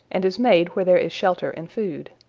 and is made where there is shelter and food.